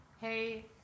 Hey